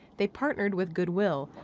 they partnered with goodwill,